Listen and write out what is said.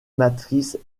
matrice